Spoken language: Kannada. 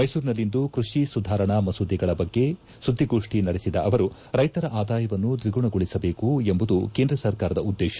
ಮೈಸೂರಿನಲ್ಲಿಂದು ಕೃಷಿ ಸುಧಾರಣಾ ಮಸೂದೆಗಳ ಬಗ್ಗೆ ಸುದ್ದಿಗೋಷ್ಠಿ ನಡೆಸಿದ ಅವರು ರೈತರ ಆದಾಯವನ್ನು ದ್ವಿಗುಣಗೊಳಿಸಬೇಕು ಎಂಬುದು ಕೇಂದ್ರ ಸರ್ಕಾರದ ಉದ್ದೇಶ